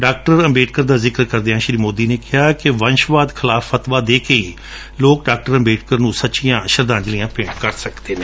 ਡਾ ਅੰਬੇਡਕਰ ਦਾ ਜ਼ਿਕਰ ਕਰਦਿਆਂ ਸ੍ਰੀ ਸੋਦੀ ਨੇ ਕਿਹਾ ਕਿ ਵੰਸਵਾਦ ਖਿਲਾਫ਼ ਫਤਵਾ ਦੇ ਕੇ ਹੀ ਲੋਕ ਡਾ ਅੰਬੇਡਕਰ ਨੂੰ ਸੱਚੀਆਂ ਸ਼ਰਧਾਜਲੀਆਂ ਭੇਟ ਕਰ ਸਕਦੇ ਨੇ